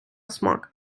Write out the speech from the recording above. смак